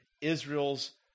Israel's